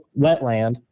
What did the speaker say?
wetland